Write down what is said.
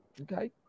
Okay